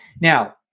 Now